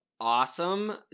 Awesome